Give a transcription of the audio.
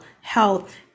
health